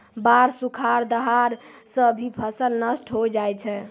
बाढ़, सुखाड़, दहाड़ सें भी फसल नष्ट होय जाय छै